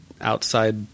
outside